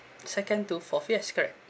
second to fourth yes correct